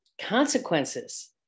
consequences